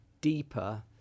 deeper